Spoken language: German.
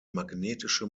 magnetische